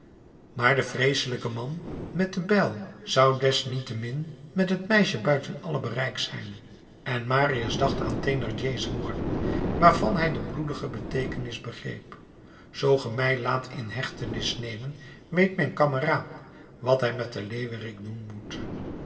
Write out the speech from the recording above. maar de vreeselijke man met de bijl zou desniettemin met het meisje buiten alle bereik zijn en marius dacht aan thénardiers woorden waarvan hij de bloedige beteekenis begreep zoo ge mij laat in hechtenis nemen weet mijn kameraad wat hij met de leeuwerik doen moet